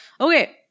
Okay